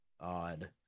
odd